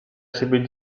siebie